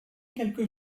quelque